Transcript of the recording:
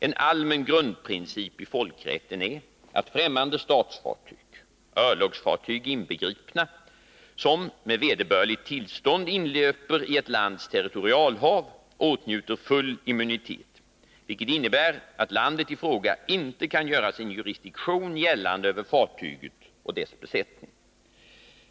En allmän grundprincip i folkrätten är att främmande statsfartyg, örlogsfartyg inbegripna, som med vederbörligt tillstånd inlöper i ett lands territorialhav, åtnjuter full immunitet, vilket innebär att landet i fråga inte kan göra sin jurisdiktion gällande över fartyget och dess besättning.